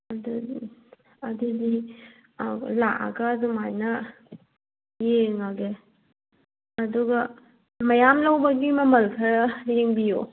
ꯑꯗꯨꯗꯤ ꯑꯗꯨꯗꯤ ꯂꯥꯛꯑꯒ ꯑꯗꯨꯃꯥꯏꯅ ꯌꯦꯡꯉꯒꯦ ꯑꯗꯨꯒ ꯃꯌꯥꯝ ꯂꯧꯕꯒꯤ ꯃꯃꯜ ꯈꯔ ꯌꯦꯡꯕꯤꯌꯣ